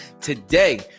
Today